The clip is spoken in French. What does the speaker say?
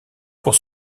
pour